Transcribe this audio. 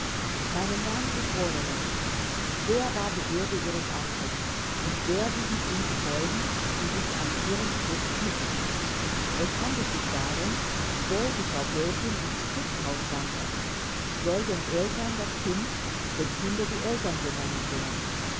m h geschworenen schwer war die bürde ihres amtes und schwerwiegend sind die folgen die sich an ihren spruch knüpfen es handelt sich darum soll die frau gräfin ins zuchthaus wandern soll den eltern das kind dem kinde die eltern genommen werden